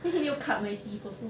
then he need to cut my teeth also